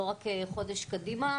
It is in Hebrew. לא רק חודש קדימה,